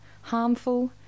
harmful